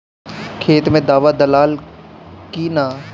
खेत मे दावा दालाल कि न?